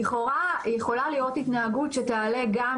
לכאורה יכולה להיות התנהגות שתעלה גם